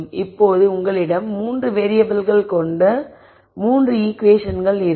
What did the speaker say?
இப்போது உங்களிடம் 3 வேறியபிள்கள் கொண்ட 3 ஈகுவேஷன்கள் இருக்கும்